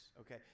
Okay